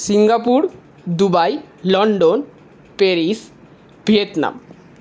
Singapore Dubai London Paris Vietnam